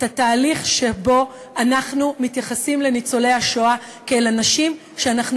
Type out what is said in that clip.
את התהליך שבו אנחנו מתייחסים לניצולי השואה כאל אנשים שאנחנו